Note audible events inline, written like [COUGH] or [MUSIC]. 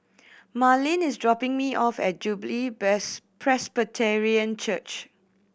Marlen is dropping me off at Jubilee [UNINTELLIGIBLE] Presbyterian Church